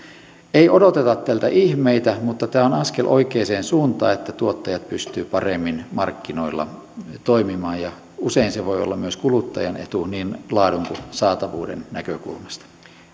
ei odoteta tältä ihmeitä mutta tämä on askel oikeaan suuntaan että tuottajat pystyvät paremmin markkinoilla toimimaan ja usein se voi olla myös kuluttajan etu niin laadun kuin saatavuuden näkökulmasta